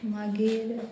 मागीर